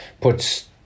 puts